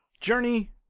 Journey